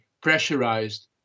pressurized